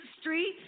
streets